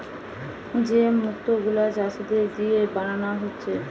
যে মুক্ত গুলা চাষীদের দিয়ে বানানা হচ্ছে